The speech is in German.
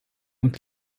und